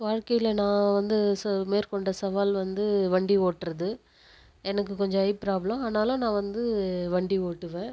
வாழ்க்கையில் நான் வந்து ச மேற்கொண்ட சவால் வந்து வண்டி ஓட்டுறது எனக்கு கொஞ்சம் ஐ ப்ராப்பளம் ஆனாலும் நான் வந்து வண்டி ஓட்டுவேன்